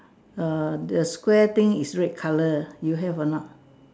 err the Square thing is red colour you have or not